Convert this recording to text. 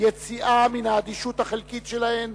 יציאה מן האדישות החלקית שלהן,